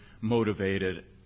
motivated